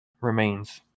remains